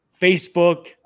Facebook